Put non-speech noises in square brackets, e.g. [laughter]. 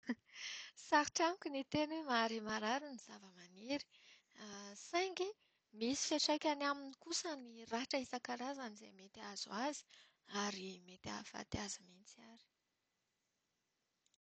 [laughs] Sarotra amiko ny hiteny hoe mahare maharary ny zava-maniry, [hesitation] saingy misy fiantraikany aminy kosa ny ratra isan-karazany izay mety hahazo azy ary mety hahafaty azy mihitsy ary.